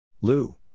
Lou